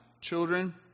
children